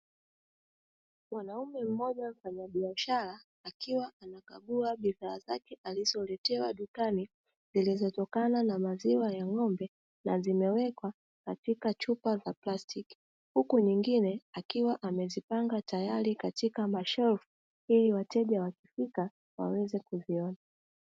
Mwanaume mmoja wa mfanyabiashara akiwa anakagua bidhaa zake alizoletewa dukani zilizotokana na maziwa ya ng'ombe na zimewekwa katika chupa za plastiki, huku nyingine akiwa amezipanga tayari katika mashelfu ili wateja wakifika waweze kuviona.